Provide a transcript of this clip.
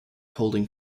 holding